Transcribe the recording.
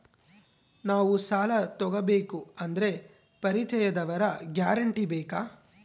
ನಾವು ಸಾಲ ತೋಗಬೇಕು ಅಂದರೆ ಪರಿಚಯದವರ ಗ್ಯಾರಂಟಿ ಬೇಕಾ?